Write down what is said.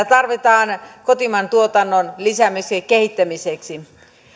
tarvitaan esityksiä kotimaan tuotannon lisäämiseksi ja kehittämiseksi